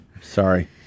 Sorry